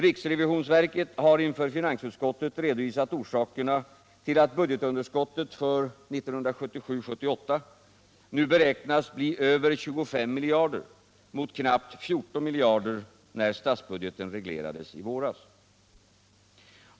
Riksrevisionsverket har inför finansutskottet redovisat orsakerna till att budgetunderskottet för 1977/78 nu beräknas bli över 25 miljarder mot knappt 14 miljarder när statsbudgeten reglerades i våras.